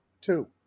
Two